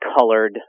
colored